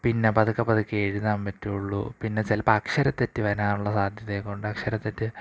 പിന്ന പതുക്കെ പതുക്കെ എഴുതാൻ പറ്റുള്ളൂ പിന്നെ ചിലപ്പം അക്ഷരത്തെറ്റ് വരാനുള്ള സാധ്യത ഒക്കെയുണ്ട് അക്ഷരത്തെറ്റ്